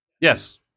Yes